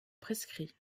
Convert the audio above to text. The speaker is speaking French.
prescrit